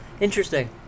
Interesting